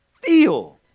feel